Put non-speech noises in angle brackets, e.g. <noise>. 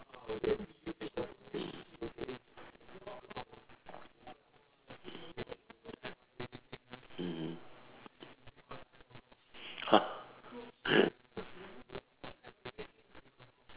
mmhmm !huh! <laughs>